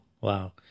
Wow